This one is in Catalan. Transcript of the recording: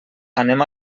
anem